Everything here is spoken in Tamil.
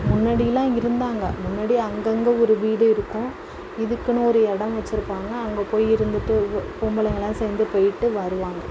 முன்னாடில்லாம் இருந்தாங்க முன்னாடி அங்கங்கே ஒரு வீடு இருக்கும் இதுக்குன்னு ஒரு இடம் வச்சுருப்பாங்க அங்கே போய் இருந்துகிட்டு பொம்பளைங்கள்லாம் சேர்ந்து போய்விட்டு வருவாங்க